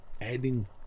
adding